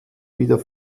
wieder